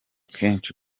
kenshi